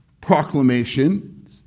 proclamation